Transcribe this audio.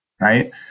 right